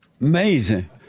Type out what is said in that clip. Amazing